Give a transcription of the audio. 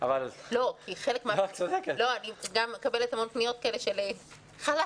אני מקבלת המון פניות של: חאלס,